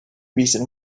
reason